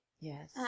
Yes